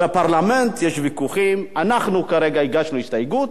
בפרלמנט יש ויכוחים, אנחנו כרגע הגשנו הסתייגות.